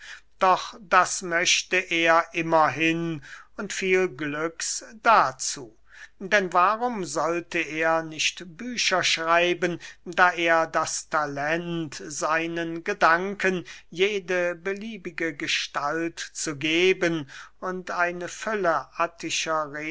doch das möchte er immerhin und viel glücks dazu denn warum sollte er nicht bücher schreiben da er das talent seinen gedanken jede beliebige gestalt zu geben und eine fülle